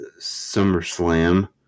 SummerSlam